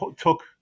took